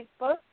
Facebook